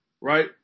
right